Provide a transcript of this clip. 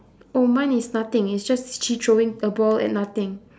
oh mine is nothing it's just she throwing the ball at nothing